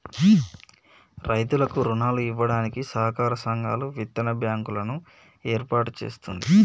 రైతులకు రుణాలు ఇవ్వడానికి సహకార సంఘాలు, విత్తన బ్యాంకు లను ఏర్పాటు చేస్తుంది